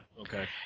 okay